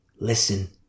Listen